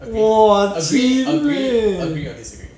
!wah! chim eh